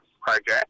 project